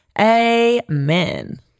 amen